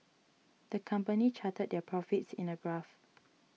the company charted their profits in a graph